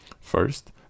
First